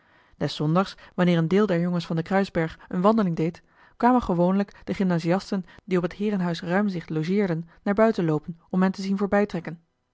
willem roda wanneer een deel der jongens van den kruisberg eene wandeling deed kwamen gewoonlijk de gymnasiasten die op het heerenhuis ruimzicht logeerden naar buiten loopen om hen te zien